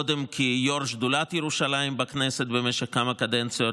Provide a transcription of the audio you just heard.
קודם כיושב-ראש שדולת ירושלים בכנסת במשך כמה קדנציות,